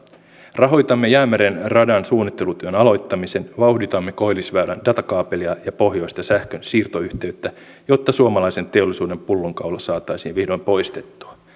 rahoitamme jäämeren radan suunnittelutyön aloittamisen vauhditamme koillisväylän datakaapelia ja pohjoista sähkönsiirtoyhteyttä jotta suomalaisen teollisuuden pullonkaula saataisiin vihdoin poistettua